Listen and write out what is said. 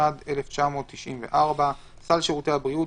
התשנ"ד 1994 ; "סל שירותי הבריאות"